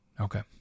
Okay